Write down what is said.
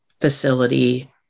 facility